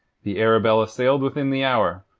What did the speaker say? the arabella sailed within the hour,